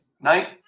night